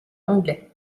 anglais